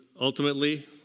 ultimately